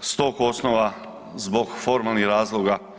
s tog osnova zbog formalnih razloga.